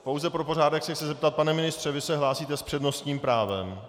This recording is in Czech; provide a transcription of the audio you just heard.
Pouze pro pořádek se chci zeptat: Pane ministře, vy se hlásíte s přednostním právem?